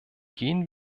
gehen